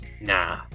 Nah